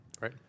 Right